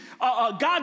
God